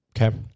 Okay